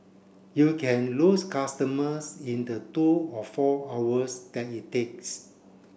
you can lose customers in the two or four hours that it takes